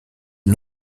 est